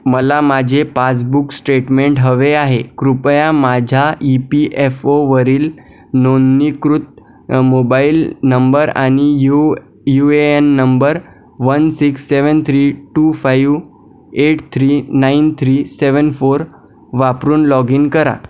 मला माझे passbook statement हवे आहे कृपया माझ्या ई पी एफ ओवरील नोंदणीकृत मोबाईल नंबर आणि U U A N number one six seven three two five eight three nine three seven four वापरून लॉग इन करा